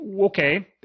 okay